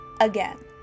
again